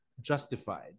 justified